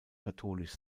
katholisch